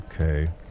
Okay